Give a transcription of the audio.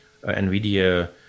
NVIDIA